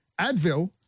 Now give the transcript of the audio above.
Advil